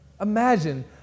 Imagine